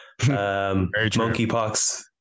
monkeypox